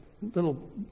little